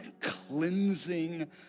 cleansing